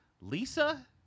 Lisa